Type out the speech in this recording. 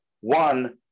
One